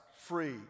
free